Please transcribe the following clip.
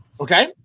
Okay